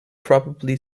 probably